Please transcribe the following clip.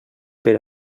per